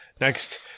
Next